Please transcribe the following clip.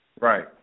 Right